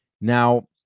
Now